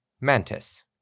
Mantis